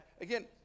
Again